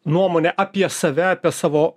nuomonę apie save apie savo